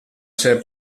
ser